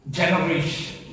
generation